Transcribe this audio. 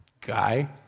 guy